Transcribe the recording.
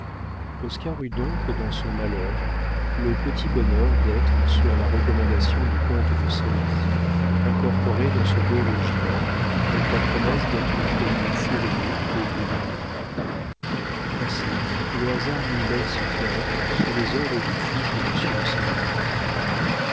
eut donc dans son malheur le petit bonheur d'être sur la recommandation du comte de sérisy incorporé dans ce beau régiment avec la promesse d'être promu fourrier au bout d'un an ainsi le hasard mit lex clerc sous les ordres du fils de monsieur de